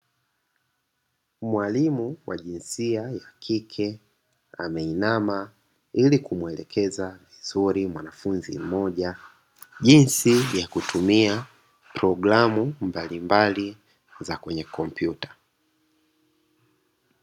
Mwalimu wa jinsia ya kike ameinama, ili kumuelekeza vizuri mwanafunzi mmoja jinsi ya kutumia programu mbalimbali za kwenye kompyuta.